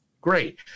great